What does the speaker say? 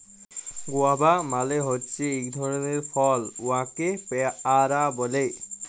guava মালে হছে ইক ধরলের ফল উয়াকে পেয়ারা ব্যলে